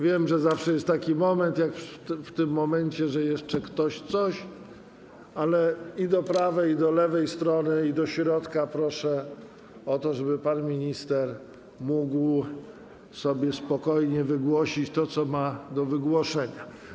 Wiem, że zawsze jest tak jak w tym momencie, że jeszcze ktoś coś, ale mówię i do prawej, i do lewej strony, i do środka: proszę o to, żeby pan minister mógł spokojnie wygłosić to, co ma do wygłoszenia.